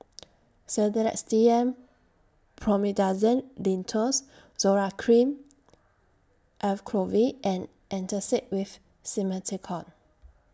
Sedilix D M Promethazine Linctus Zoral Cream Acyclovir and Antacid with Simethicone